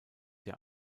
der